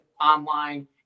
online